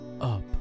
up